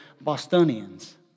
Bostonians